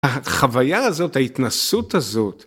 ‫החוויה הזאת, ההתנסות הזאת...